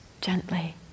gently